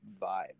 vibe